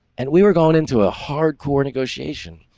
and we were going into a hard core negotiation,